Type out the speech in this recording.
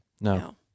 no